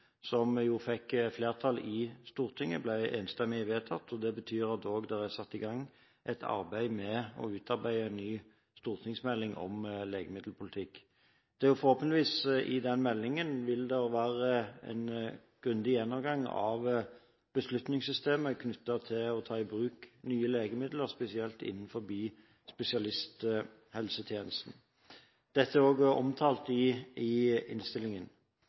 som ble enstemmig vedtatt i Stortinget. Det betyr også at det er satt i gang et arbeid med å utarbeide en ny stortingsmelding om legemiddelpolitikk. I den meldingen vil det forhåpentligvis være en grundig gjennomgang av beslutningssystemet knyttet til å ta i bruk nye legemidler, spesielt innen spesialisthelsetjenesten. Dette er også omtalt i innstillingen. I